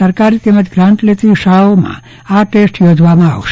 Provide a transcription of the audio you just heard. સહકારી તેમજ ગ્રાન્ટ લેતી શાળાઓમાં આ રીતે યોજવામાં આવશે